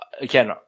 again